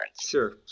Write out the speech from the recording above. sure